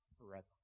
forever